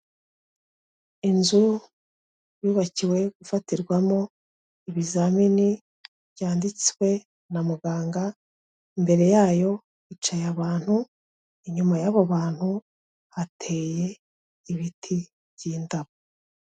Inzu yubakiwe gufatirwamo ibizamini byanditswe na muganga, imbere yayo hicaye abantu, inyuma y'abo bantu hateye ibiti by'indabo.